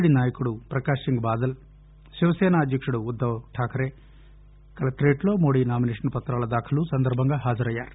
D నాయకుడు ప్రకాశ్సింగ్ బాదల్ శివసీన అధ్యకుడు ఉద్దవ్ రాకరే కలెక్టరేట్లో మోడి నామినేషన్ పత్రాల దాఖలు సందర్భంగా హాజరయ్యారు